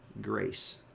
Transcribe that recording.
grace